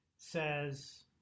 says